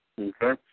Okay